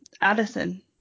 Addison